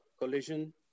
collision